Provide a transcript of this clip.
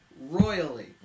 royally